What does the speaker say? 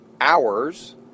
hours